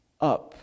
up